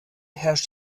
herrscht